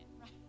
right